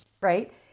right